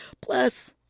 plus